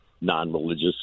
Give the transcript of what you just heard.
non-religious